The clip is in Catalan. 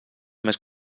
més